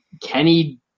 Kenny